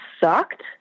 sucked